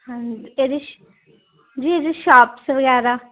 ਹਾਂਜੀ ਅਤੇ ਜੀ ਜੀ ਇਹਦੀ ਸ਼ੋਪਸ ਵਗੈਰਾ